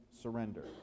surrender